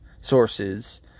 sources